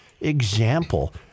example